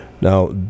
Now